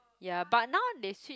ya but now they switch